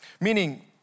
Meaning